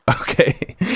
Okay